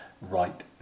right